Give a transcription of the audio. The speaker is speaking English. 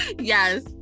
Yes